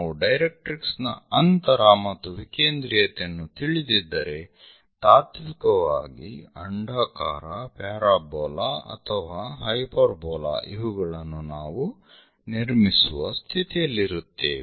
ನಾವು ಡೈರೆಕ್ಟ್ರಿಕ್ಸ್ ನ ಅಂತರ ಮತ್ತು ವಿಕೇಂದ್ರೀಯತೆಯನ್ನು ತಿಳಿದಿದ್ದರೆ ತಾತ್ವಿಕವಾಗಿ ಅಂಡಾಕಾರ ಪ್ಯಾರಾಬೋಲಾ ಅಥವಾ ಹೈಪರ್ಬೋಲಾ ಇವುಗಳನ್ನು ನಾವು ನಿರ್ಮಿಸುವ ಸ್ಥಿತಿಯಲ್ಲಿರುತ್ತೇವೆ